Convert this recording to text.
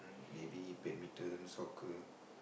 mm maybe badminton soccer